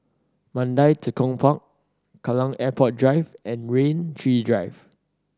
Mandai Tekong Park Kallang Airport Drive and Rain Tree Drive